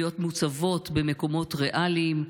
להיות מוצבות במקומות ריאליים,